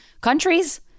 countries